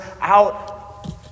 out